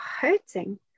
hurting